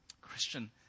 Christian